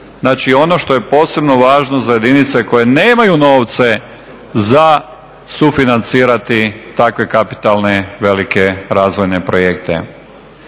Znači ono što je posebno važno za jedinice koje nemaju novce za sufinancirati takve kapitalne velike razvojne projekte.